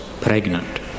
pregnant